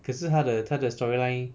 可是他的他的 storyline